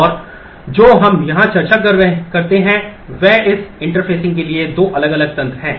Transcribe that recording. और जो हम यहां चर्चा करते हैं वह इस इंटरफेसिंग के लिए दो अलग अलग तंत्र हैं